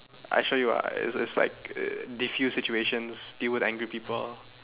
I show you ah it's it's like defuse situations deal with angry people